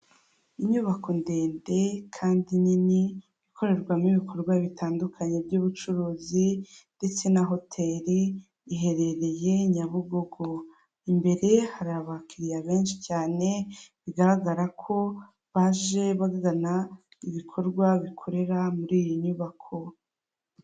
Inyubako ndende kandi nini ikorerwamo ibikorwa bitandukanye by'ubucuruzi, ndetse na hoteli iherereye Nyabugogo imbere hari abakiriya benshi cyane bigaragara ko baje bagana ibikorwa bikorera muri iyi nyubako.